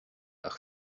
ach